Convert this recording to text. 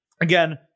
Again